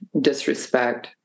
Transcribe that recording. Disrespect